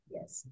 Yes